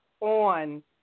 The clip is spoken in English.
on